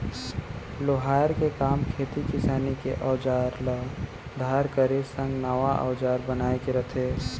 लोहार के काम खेती किसानी के अउजार ल धार करे संग नवा अउजार बनाए के रथे